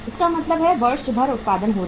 इसका मतलब है वर्ष भर उत्पादन हो रहा है